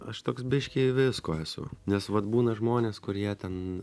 aš toks biškį visko esu nes vat būna žmonės kurie ten